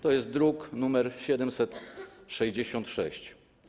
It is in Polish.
To jest druk nr 766.